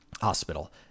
hospital